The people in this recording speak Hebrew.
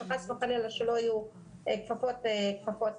שחס וחלילה שלא יהיו כפפות לטקס.